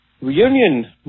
reunion